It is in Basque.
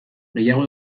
gehiago